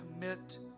commit